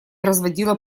разводила